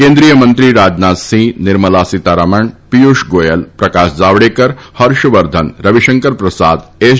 કેન્દ્રિય મંત્રી રાજનાથસિંહ નિર્મલા સીતારમણ પિયુષ ગોયલ પ્રકાશ જાવડેકર હર્ષવર્ધન રવિશંકર પ્રસાદ એસ